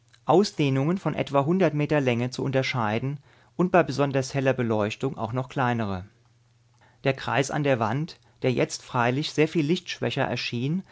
ausdehnungen von etwa hundert meter länge zu unterscheiden und bei besonders heller beleuchtung auch noch kleinere der kreis an der wand der jetzt freilich sehr viel lichtschwächer erschien